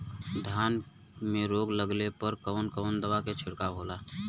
धान में रोग लगले पर कवन कवन दवा के छिड़काव होला?